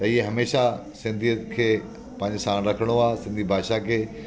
त इहे हमेशह सिंधीअ खे पंहिंजे साण रखिणो आहे सिंधी भाषा खे